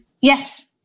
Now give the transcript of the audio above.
yes